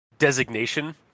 designation